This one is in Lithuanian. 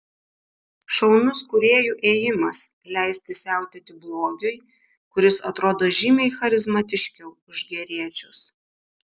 šaunus kūrėjų ėjimas leisti siautėti blogiui kuris atrodo žymiai charizmatiškiau už geriečius